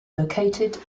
located